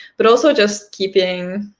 but also just keeping,